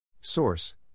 Source